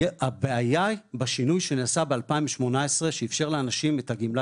הבעיה היא בשינוי שנעשה ב- 2018 שאפשר לאנשים את בגמלה